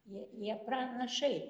jie jie pranašai